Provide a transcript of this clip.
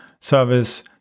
service